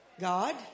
God